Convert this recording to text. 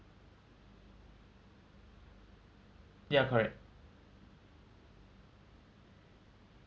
ya correct